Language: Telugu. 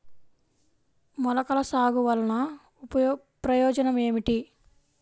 మొలకల సాగు వలన ప్రయోజనం ఏమిటీ?